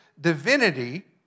divinity